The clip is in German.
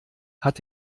hat